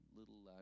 little